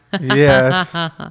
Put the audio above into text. yes